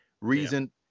reason